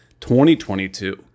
2022